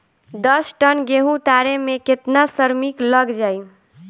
दस टन गेहूं उतारे में केतना श्रमिक लग जाई?